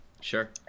Sure